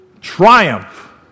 Triumph